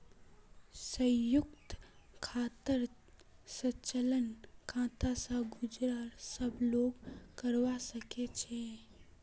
संयुक्त खातार संचालन खाता स जुराल सब लोग करवा सके छै